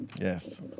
Yes